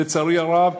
לצערי הרב,